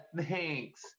thanks